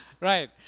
Right